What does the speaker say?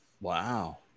Wow